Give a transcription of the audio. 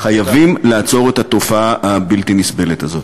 חייבים לעצור את התופעה הבלתי-נסבלת הזאת.